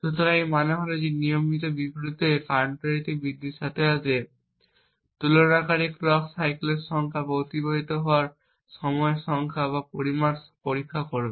সুতরাং এর মানে হল যে নিয়মিত বিরতিতে কাউন্টারটি বৃদ্ধির সাথে সাথে তুলনাকারী ক্লক সাইকেলের সংখ্যা বা অতিবাহিত হওয়া সময়ের সংখ্যা বা পরিমাণ পরীক্ষা করবে